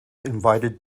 invited